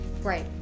Right